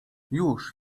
już